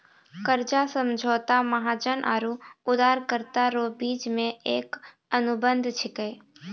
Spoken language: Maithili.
कर्जा समझौता महाजन आरो उदारकरता रो बिच मे एक अनुबंध छिकै